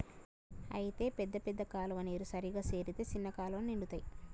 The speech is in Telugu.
అయితే పెద్ద పెద్ద కాలువ నీరు సరిగా చేరితే చిన్న కాలువలు నిండుతాయి